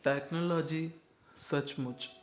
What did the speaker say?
technology सचमुच